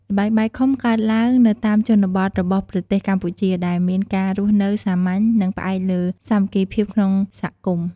ល្បែងបាយខុំកើតឡើងនៅតាមជនបទរបស់ប្រទេសកម្ពុជា ដែលមានការរស់នៅសាមញ្ញ និងផ្អែកលើសាមគ្គីភាពក្នុងសហគមន៍។